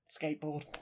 Skateboard